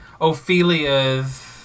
Ophelia's